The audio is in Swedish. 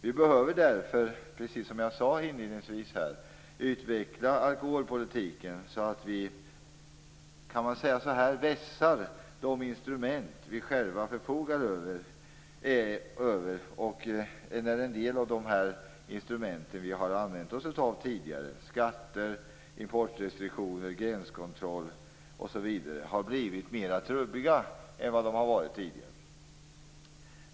Vi behöver därför, precis som jag sade inledningsvis, utveckla alkoholpolitiken så att vi så att säga vässar de instrument vi själva förfogar över. En del av de instrument som vi har använt oss av tidigare, skatter, importrestriktioner, gränskontroll, m.fl. har blivit trubbigare än de har varit tidigare.